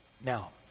Now